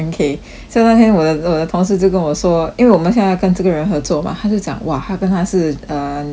so 那天我的我的同事就跟我说因为我们现在要跟这个人合作 mah 他就讲 !wah! 他跟他是 uh nemesis ah